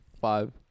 Five